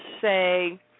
say